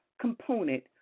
component